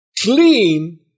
Clean